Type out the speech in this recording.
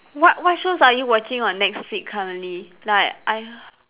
what what shows are you watching on netflix currently like I h~